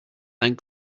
thank